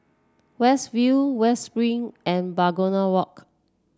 West View West Spring and Begonia Walk